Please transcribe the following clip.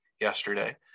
yesterday